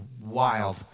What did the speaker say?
wild